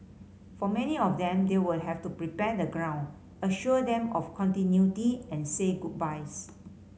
for many of them they will have to prepare the ground assure them of continuity and say goodbyes